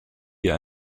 hier